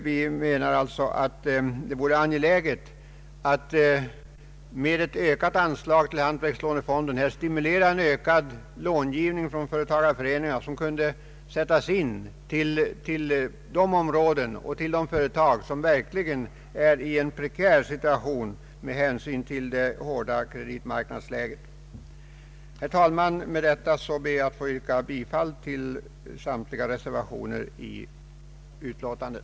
Vi menar att det vore angeläget att med ett ökat anslag till hantverkslånefonden stimulera en ökad långivning från företagareföreningarna till de företag som verkligen är i en prekär situation på grund av det hårda kreditmarknadsläget. Herr talman! Med detta ber jag att få yrka bifall till samtliga reservationer vid utlåtandet.